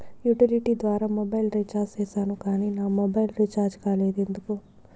Utility ద్వారా mobile recharge సేసాను కానీ నా మొబైల్ రీచార్జి కాలేదు ఎందుకు?